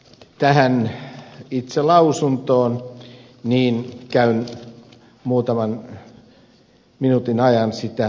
tätä itse lausuntoa käyn muutaman minuutin ajan lävitse